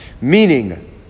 Meaning